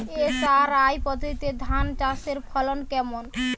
SRI পদ্ধতিতে ধান চাষের ফলন কেমন?